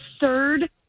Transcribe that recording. absurd